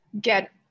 get